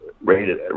rated